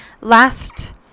Last